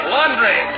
Laundry